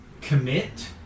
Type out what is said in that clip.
commit